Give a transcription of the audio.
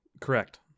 Correct